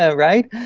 ah right?